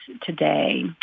today